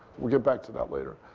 we'll get back to that later.